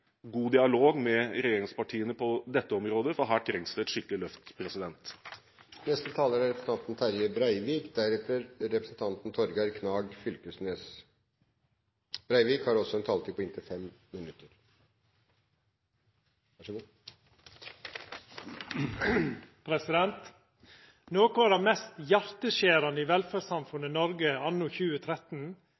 god dialog med regjeringspartiene på dette området, for her trengs det et skikkelig løft. Noko av det mest hjarteskjerande i velferdssamfunnet Noreg anno 2013